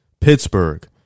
Pittsburgh